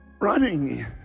running